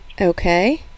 Okay